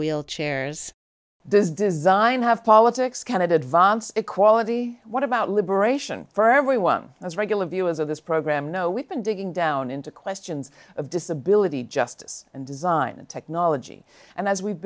wheelchairs does design have politics can advance equality what about liberation for everyone as regular viewers of this program know we've been digging down into questions of disability justice and design and technology and as we've